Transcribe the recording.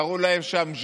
קראו להם שם "ז'יד",